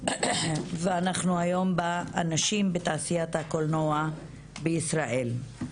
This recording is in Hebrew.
ואנחנו היום בנושא נשים בתעשיית הקולנוע בישראל.